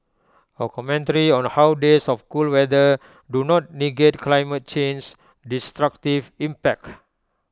A commentary on how days of cool weather do not negate climate change's destructive impact